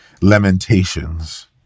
lamentations